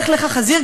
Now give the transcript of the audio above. לך לך חזיר,